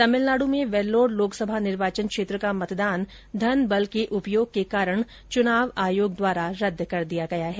तमिलनाडु में वेल्लोर लोकसभा निर्वाचन क्षेत्र का मतदान धन बल के उपयोग के कारण चुनाव आयोग द्वारा रद्द कर दिया गया है